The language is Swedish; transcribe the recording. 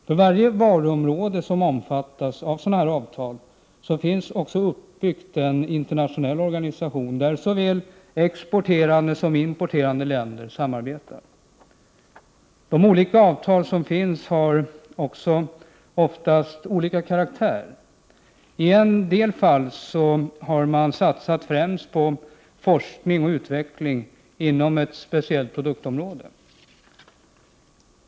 För varje varuområde som omfattas av sådana avtal finns också en internationell organisation uppbyggd, där såväl exporterande som importerande länder samarbetar. De olika avtal som finns har också oftast olika karaktär. I en del fall har man satsat främst på forskning och utveckling inom ett speciellt produktområde.